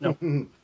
No